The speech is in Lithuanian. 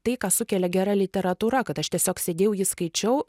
tai ką sukelia gera literatūra kad aš tiesiog sėdėjau jį skaičiau